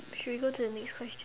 should we go to the next question